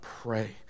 Pray